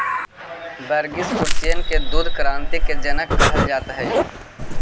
वर्गिस कुरियन के दुग्ध क्रान्ति के जनक कहल जात हई